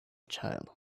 child